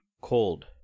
cold